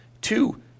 two